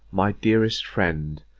my dearest friend,